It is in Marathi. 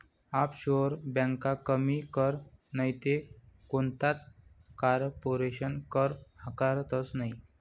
आफशोअर ब्यांका कमी कर नैते कोणताच कारपोरेशन कर आकारतंस नयी